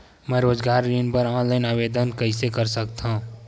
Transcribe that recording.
मैं रोजगार ऋण बर ऑनलाइन आवेदन कइसे कर सकथव?